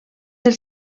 del